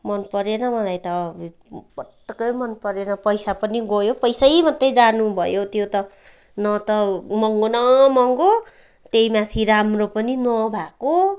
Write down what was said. मन परेन मलाई त पटक्कै मन परेन पैसा पनि गयो पैसै मात्रै जानु भयो त्यो त न त महँगो न महँगो त्यही माथि राम्रो पनि न भएको